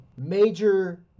major